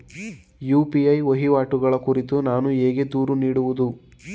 UPI ವಹಿವಾಟುಗಳ ಕುರಿತು ನಾನು ಹೇಗೆ ದೂರು ನೀಡುವುದು?